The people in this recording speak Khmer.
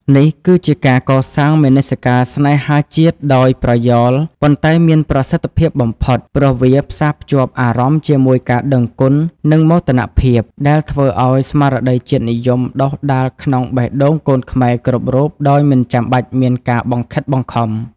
នេះគឺជាការកសាងមនសិការស្នេហាជាតិដោយប្រយោល ប៉ុន្តែមានប្រសិទ្ធភាពបំផុត ព្រោះវាផ្សារភ្ជាប់អារម្មណ៍ជាមួយការដឹងគុណ និងមោទនភាព ដែលធ្វើឱ្យស្មារតីជាតិនិយមដុះដាលក្នុងបេះដូងកូនខ្មែរគ្រប់រូបដោយមិនចាំបាច់មានការបង្ខិតបង្ខំ។